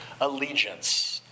allegiance